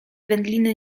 wędliny